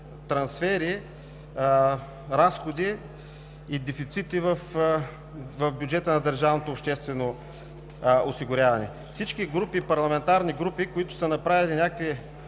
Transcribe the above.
трансфери, разходи и дефицити в бюджета на държавното обществено осигуряване. Всички парламентарни групи, които са направили някакви